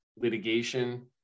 litigation